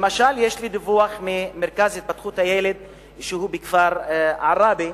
למשל יש לי דיווח ממרכז התפתחות הילד בכפר עראבה,